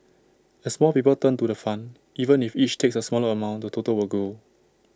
as more people turn to the fund even if each takes A smaller amount the total will grow